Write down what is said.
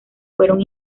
fueron